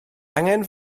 angen